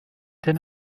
den